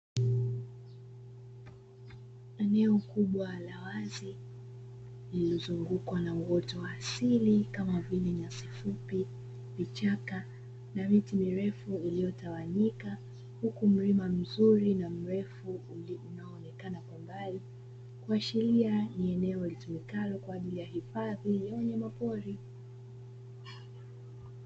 Eneo kubwa la wazi lililozungukwa na uoto wa asili kama vile nyasi fupi, vichaka na miti mirefu iliyotawanyika huku mlima mzuri na mrefu unaonekana kwa mbali kuashiria ni eneo litumikalo kwa ajili ya hifadhi ya wanyama pori.